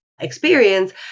experience